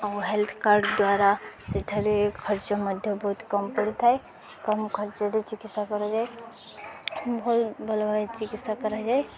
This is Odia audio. ଆଉ ହେଲ୍ଥ କାର୍ଡ଼ ଦ୍ୱାରା ସେଠାରେ ଖର୍ଚ୍ଚ ମଧ୍ୟ ବହୁତ କମ୍ ପଡ଼ିଥାଏ କମ୍ ଖର୍ଚ୍ଚରେ ଚିକିତ୍ସା କରାଯାଏ ଭଲ ଭଲ ଭାବରେ ଚିକିତ୍ସା କରାଯାଏ